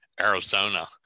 Arizona